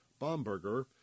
Bomberger